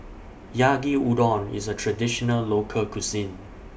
Yaki Udon IS A Traditional Local Cuisine